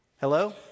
Hello